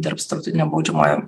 dirbs tarptautinio baudžiamojo